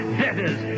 debtors